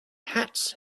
hats